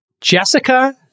Jessica